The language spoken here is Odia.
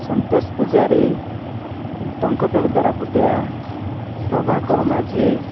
ସନ୍ତୋଷ ପୂଜାରୀ ଟଙ୍କଧର ଦରାପୁଟିଆ ପ୍ରଭାକର ମାଝି